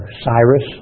Cyrus